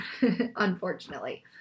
unfortunately